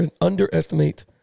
underestimate